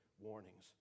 warnings